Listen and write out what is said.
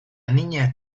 niña